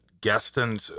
Gaston